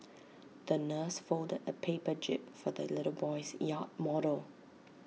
the nurse folded A paper jib for the little boy's yacht model